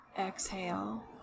Exhale